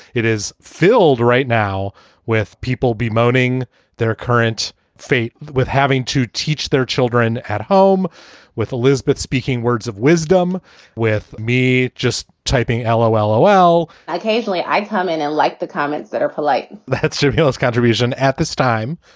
it is filled right now with people bemoaning their current fate with having to teach their children at home with elizabeth. speaking words of wisdom with me, just typing l o l o l occasionally i come in and like the comments that are polite that's true. helis contribution at this time.